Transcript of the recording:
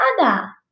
Ada